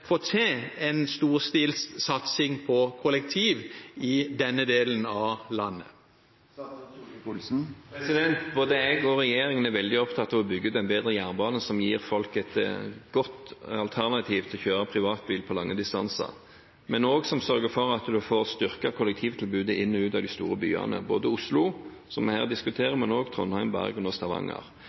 få til en storstilt satsing på kollektivtransport i denne delen av landet? Både regjeringen og jeg er veldig opptatt av å bygge ut en bedre jernbane, som gir folk et godt alternativ til å kjøre privatbil på lange distanser, men som også sørger for at en får styrket kollektivtilbudet inn og ut av de store byene, både i Oslo, som vi her diskuterer, og i Trondheim, Bergen og Stavanger.